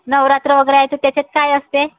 नवरात्र वगैरे आहे तर त्याच्यात काय असते